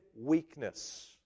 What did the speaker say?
weakness